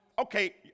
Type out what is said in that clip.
Okay